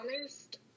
honest